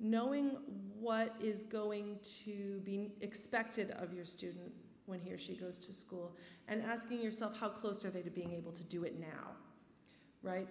knowing what is going to be expected of your student when he or she goes to school and asking yourself how close are they to being able to do it now right